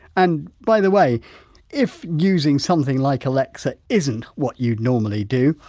and by the way if using something like alexa isn't what you'd normally do,